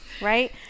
right